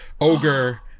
ogre